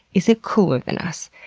is it cooler than us?